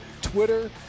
Twitter